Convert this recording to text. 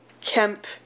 Kemp